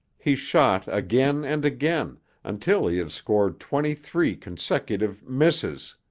he shot again and again until he had scored twenty-three consecutive misses.